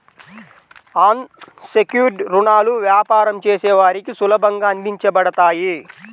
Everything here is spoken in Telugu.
అన్ సెక్యుర్డ్ రుణాలు వ్యాపారం చేసే వారికి సులభంగా అందించబడతాయి